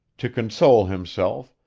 to console himself,